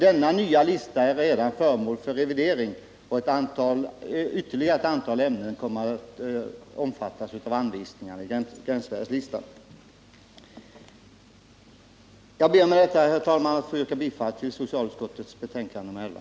Denna nya lista är redan föremål för revidering, och ytterligare ett antal ämnen kommer att omfattas av listan. Jag ber att med detta, herr talman, få yrka bifall till utskottets hemställan i socialutskottets betänkande nr 11.